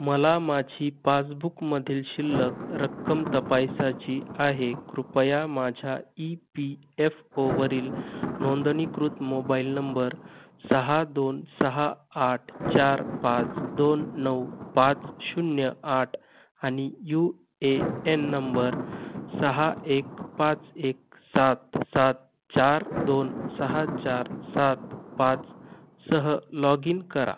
मला माझी पासबुकमधील शिल्लक रक्कम तपासायची आहे कृपया माझ्या ई पी एफ ओवरील नोंदणीकृत मोबाईल नंबर सहा दोन सहा आठ चार पाच दोन नऊ पाच शून्य आठ आणि यू ए एन नंबर सहा एक पाच एक सात सात चार दोन सहा चार सात पाच सह लॉगीन करा